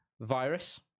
virus